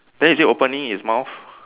then is it opening its mouth